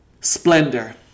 splendor